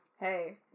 hey